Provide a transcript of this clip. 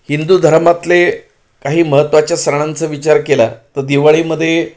हिंदू धर्मातले काही महत्त्वाच्या सणांचा विचार केला तर दिवाळीमध्ये